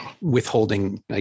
withholding